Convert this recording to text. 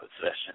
possession